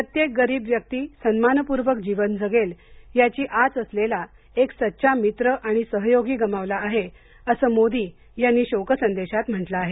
प्रत्येक गरीब व्यक्ति सन्मानपूर्वक जीवन जगेल याची आच असलेला एक सच्चा मित्र आणि सहयोगी गमावला आहे असं मोदी यांनी शोकसंदेशात म्हंटल आहे